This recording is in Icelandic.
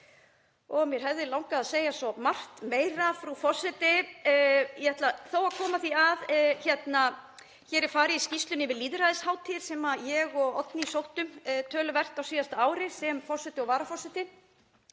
Mig hefði langað að segja svo margt meira, frú forseti. Ég ætla þó að koma því að að hér er farið í skýrslu yfir lýðræðishátíð sem ég og Oddný sóttum töluvert á síðasta ári, sem forseti og varaforseti.